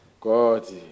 God